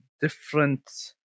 different